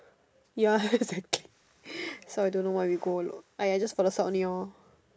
ya exactly sorry don't know why we go !aiya! I just for the cert only